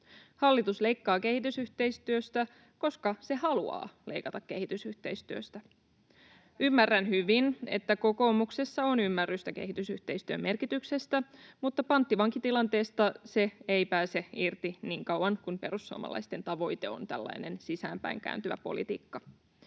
Hallitus leikkaa kehitysyhteistyöstä, koska se haluaa leikata kehitysyhteistyöstä. Ymmärrän hyvin, että kokoomuksessa on ymmärrystä kehitysyhteistyön merkityksestä, mutta panttivankitilanteesta se ei pääse irti niin kauan kuin perussuomalaisten tavoite on tällainen sisäänpäinkääntyvä politiikka.